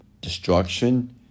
destruction